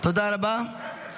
תודה רבה.